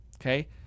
okay